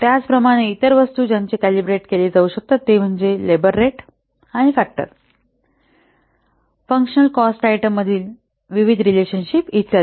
त्याचप्रमाणे इतर वस्तू ज्याचे कॅलिब्रेट केले जाऊ शकतात ते म्हणजे लेबर रेट आणि फॅक्टर फंक्शनल कॉस्ट आयटम मधील विविध रिलेशनशिप इत्यादि